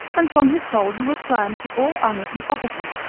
and from his hole he will climb to all honours and offices,